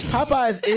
Popeye's